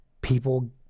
people